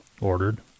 ordered